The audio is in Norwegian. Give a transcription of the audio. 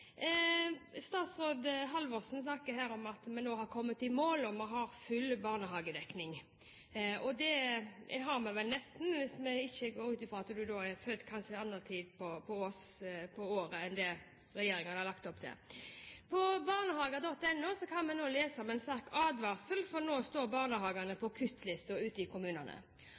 Statsråd Halvorsen snakker her om at vi har kommet i mål, og at vi har full barnehagedekning. Det har vi vel nesten, hvis vi ikke går ut fra at man er født kanskje på andre tider av året enn det regjeringen har lagt opp til. På barnehage.no kan vi nå lese om en sterk advarsel, for nå står barnehagene på kuttliste ute i kommunene.